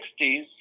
1960s